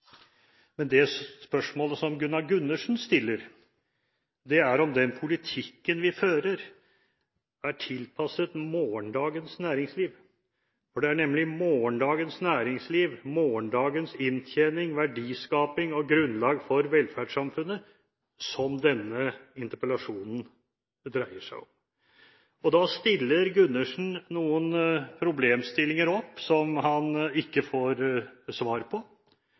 Men det spørsmålet som Gunnar Gundersen stiller, er om den politikken vi fører, er tilpasset morgendagens næringsliv, for det er nemlig morgendagens næringsliv, morgendagens inntjening, verdiskaping og grunnlag for velferdssamfunnet, som denne interpellasjonen dreier seg om. Representanten Gundersen stiller opp noen problemstillinger som han ikke får svar på.